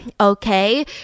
Okay